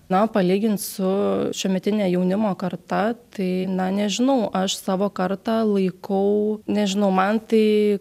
na palygint su šiuometine jaunimo karta tai na nežinau aš savo kartą laikau nežinau man tai